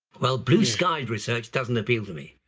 well blue skies research doesn't appeal to me.